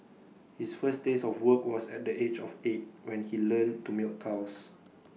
his first taste of work was at the age of eight when he learned to milk cows